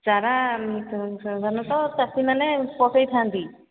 ଚାରା ସାଧାରଣତଃ ଚାଷୀମାନେ ପଠେଇଥାନ୍ତି